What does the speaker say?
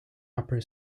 upper